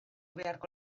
beharko